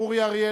מצביע אהוד ברק,